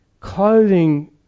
Clothing